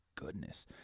Goodness